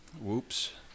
Whoops